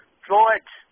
George